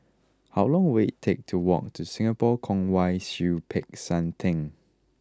how long will it take to walk to Singapore Kwong Wai Siew Peck San Theng